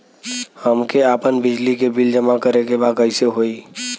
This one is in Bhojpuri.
हमके आपन बिजली के बिल जमा करे के बा कैसे होई?